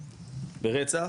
ברצח,